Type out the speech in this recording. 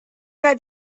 got